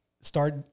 start